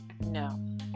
No